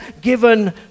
given